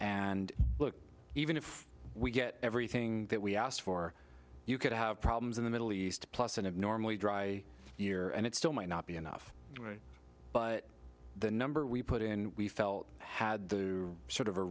and even if we get everything that we asked for you could have problems in the middle east plus an abnormally dry year and it still might not be enough but the number we put in we felt had sort of a